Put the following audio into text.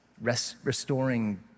restoring